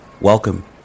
Welcome